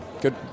Good